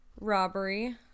robbery